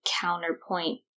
counterpoint